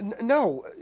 no